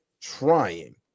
trying